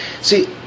See